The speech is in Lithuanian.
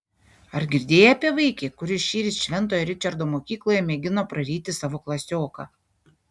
ar girdėjai apie vaikį kuris šįryt šventojo ričardo mokykloje mėgino praryti savo klasioką